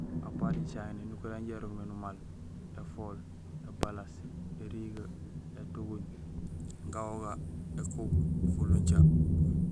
Apart jicaŋéén sinukuréén sanja sirooŋ mé numaal: érigee, éfool, ébalaas, étuguuñ, gawoga, ékuub, folunca.